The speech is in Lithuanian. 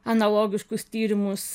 analogiškus tyrimus